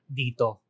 dito